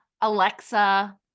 Alexa